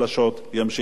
ימשיכו לסבול.